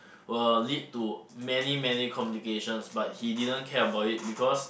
will lead to many many complications but he didn't care about it because